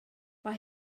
mae